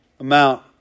amount